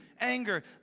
anger